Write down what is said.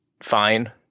fine